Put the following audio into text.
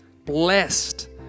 blessed